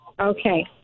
Okay